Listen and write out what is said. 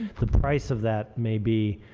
the price of that may be,